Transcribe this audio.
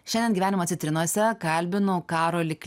šiandien gyvenimo citrinose kalbinu karolį